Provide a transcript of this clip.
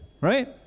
right